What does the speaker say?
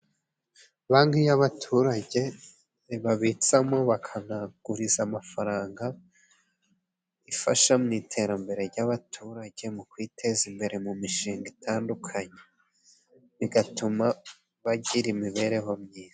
Banki y'abaturage babitsamo bakanaguriza amafaranga. Ifasha mu iterambere ry'abaturage mu kwiteza imbere mu mishinga itandukanye, bigatuma bagira imibereho myiza.